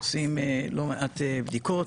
ועושים לא מעט בדיקות.